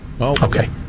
okay